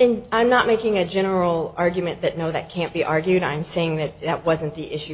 and i'm not making a general argument that no that can't be argued i'm saying that that wasn't the issue